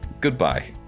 goodbye